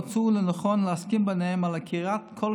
הן מצאו לנכון להסכים ביניהן על עקירת כל